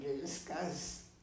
discuss